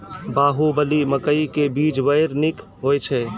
बाहुबली मकई के बीज बैर निक होई छै